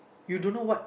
you don't know what